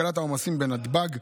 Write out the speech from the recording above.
להקלת העומסים בנתב"ג,